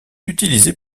utilisé